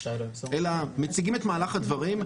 אלא מציגים את מהלך הדברים,